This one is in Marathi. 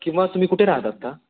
किंवा तुम्ही कुठे राहतात का